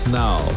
now